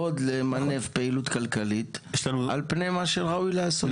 עוד למנף פעילות כלכלית על פני מה שראוי לעשות.